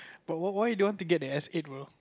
but why why you don't want to get the S eight bro